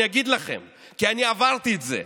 אני אגיד לכם, כי אני עברתי את זה,